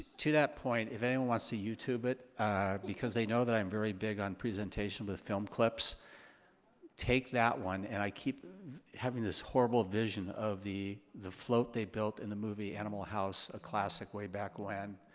to that point, if anyone wants to youtube it because they know that i'm very big on presentation with the film clips take that one and i keep having this horrible vision of the the float they built in the movie animal house, a classic way back when,